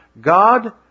God